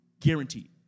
Guaranteed